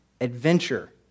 adventure